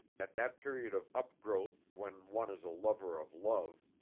at that period of upgrowth when one is a lover of love,